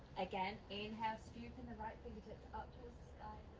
again, inhale, scoopin' the right fingertips up towards